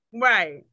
Right